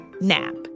nap